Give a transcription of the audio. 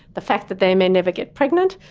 the fact that they may never get pregnant.